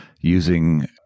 using